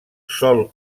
sol